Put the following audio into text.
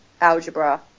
algebra